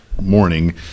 morning